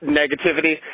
negativity